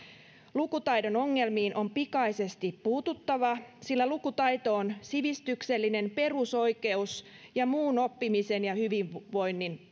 lukutaidon ongelmiin on pikaisesti puututtava sillä lukutaito on sivistyksellinen perusoikeus ja muun oppimisen ja hyvinvoinnin